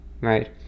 right